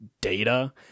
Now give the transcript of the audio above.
data